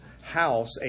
house